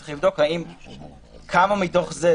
צריך לבדוק כמה מתוך זה,